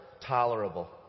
tolerable